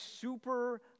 super